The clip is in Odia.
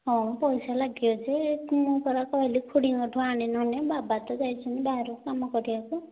ହଁ ପଇସା ଲାଗିବ ଯେ ମୁଁ ପରା କହିଲି ଖୁଡ଼ିଙ୍କଠୁ ଆଣେ ନହେଲେ ବାବା ତ ଯାଇଛନ୍ତି ବାହାରକୁ କାମ କରିବାକୁ